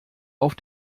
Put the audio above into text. auf